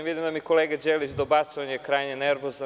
Vidite da mi kolega Đelić dobacuje krajnje nervozno.